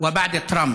העיר העתיקה,